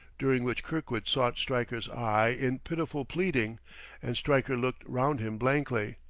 during which kirkwood sought stryker's eye in pitiful pleading and stryker looked round him blankly.